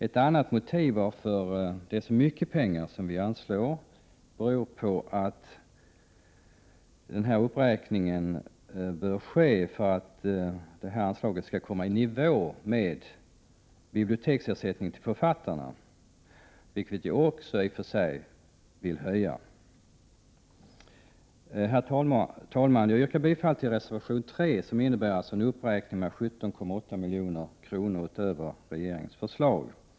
Ett annat motiv till att vi vill anslå mycket pengar till dem är att vi vill att anslaget i fråga skall komma i nivå med anslaget till biblioteksersättning till författarna, vilket vi i sin tur också vill höja. Herr talman! Jag yrkar bifall till reservation 3, där vi föreslår en uppräkning med 17,8 milj.kr. utöver regeringens förslag.